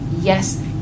Yes